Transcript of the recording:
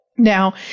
Now